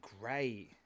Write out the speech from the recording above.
great